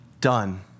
done